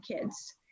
kids